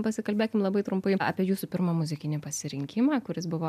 pasikalbėkim labai trumpai apie jūsų pirmą muzikinį pasirinkimą kuris buvo